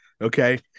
Okay